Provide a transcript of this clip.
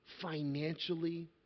financially